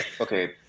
Okay